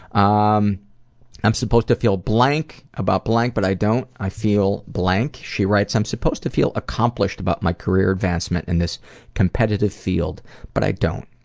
um i'm supposed to feel blank about blank but i don't. instead i feel blank. she writes, i'm supposed to feel accomplished about my career advancement in this competitive field but i don't.